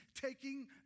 taking